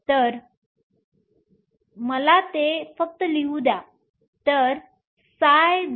तर मला ते फक्त लिहू द्या